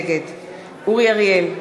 נגד אורי אריאל,